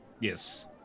Yes